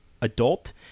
adult